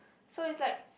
so it's like